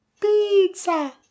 pizza